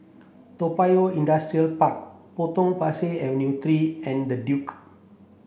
Toa Payoh Industrial Park Potong Pasir Avenue three and The Duke